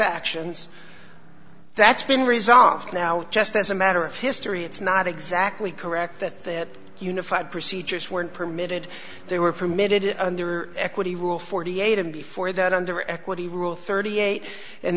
actions that's been resolved now just as a matter of history it's not exactly correct that unified procedures weren't permitted they were permitted under equity rule forty eight and before that under equity rule thirty eight and